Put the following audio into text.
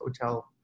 hotel